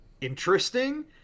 interesting